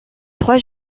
trois